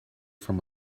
from